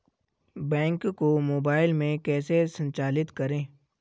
Bank को mobile में कैसे संचालित करें?